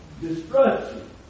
destruction